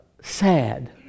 sad